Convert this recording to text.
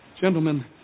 gentlemen